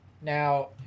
Now